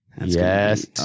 Yes